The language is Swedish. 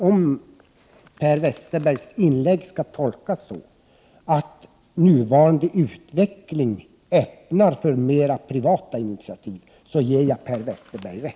Om Per Westerbergs inlägg skall tolkas så att nuvarande utveckling ger förutsättningar för mera privata initiativ ger jag däremot Per Westerberg rätt.